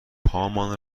هامان